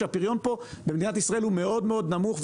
כשהפריון פה במדינת ישראל הוא מאוד מאוד נמוך.